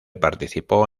participó